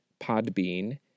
Podbean